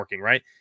right